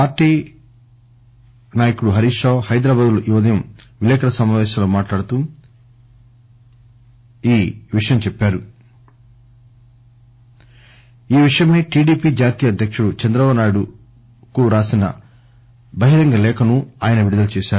party senior నాయకులు హరీశ్ రావు హైదరాబాద్ లో ఈ ఉదయం విలేకరుల సమాపేశంలో మాట్లాడుతూ ఈ విషయమై టీడీపీ జాతీయ అధ్యక్షుడు చంద్రబాబునాయుడు రాసిన బహిరంగ లేఖను విడుదల చేశారు